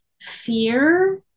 fear